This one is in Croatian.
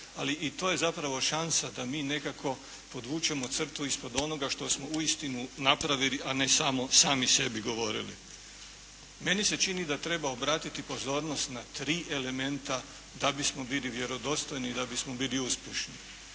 ali i to je zapravo šansa da mi nekako podvučemo crtu ispod onoga što smo uistinu napravili a ne samo sebi govorili. Meni se čini da treba obratiti pozornost na tri elementa da bismo bili vjerodostojni i da bismo bili uspješni.